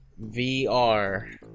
VR